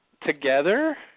together